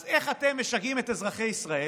אז איך אתם משגעים את אזרחי ישראל?